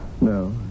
No